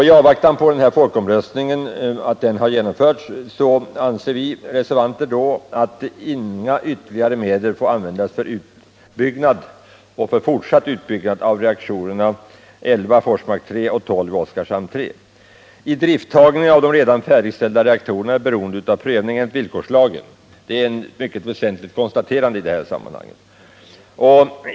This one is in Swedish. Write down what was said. I avvaktan på denna folkomröstning anser vi reservanter att inga ytterligare medel bör få användas för fortsatt utbyggnad av reaktorerna 11 och 12 . Idrifttagningen av de redan färdigställda reaktorerna är beroende av prövning enligt villkorslagen. Det är ett mycket väsentligt konstaterande i detta sammanhang.